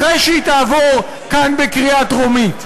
אחרי שהיא תעבור כאן בקריאה טרומית.